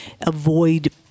avoid